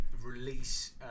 release